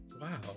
Wow